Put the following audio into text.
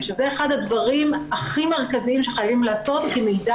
שזה אחד הדברים הכי מרכזיים שחייבים לעשות כי מידע